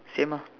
same ah